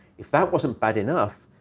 if that wasn't bad enough,